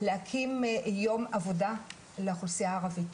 להקים יום עבודה לאוכלוסייה הערבית,